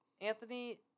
Anthony